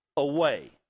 Away